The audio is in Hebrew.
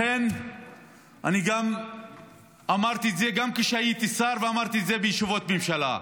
לכן אני גם אמרתי את זה כשהייתי שר ואמרתי את זה בישיבות ממשלה: